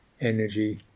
energy